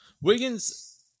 Wiggins